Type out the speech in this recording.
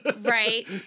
right